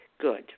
good